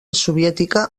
soviètica